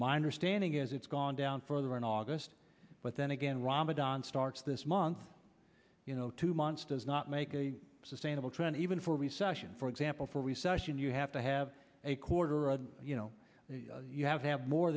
my understanding is it's gone down further in august but then again ramadan starts this month you know two monsters not make a sustainable trend even for a recession for example for recession you have to have a quarter or a you know you have have more